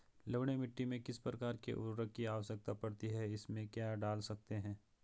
लवणीय मिट्टी में किस प्रकार के उर्वरक की आवश्यकता पड़ती है इसमें क्या डाल सकते हैं?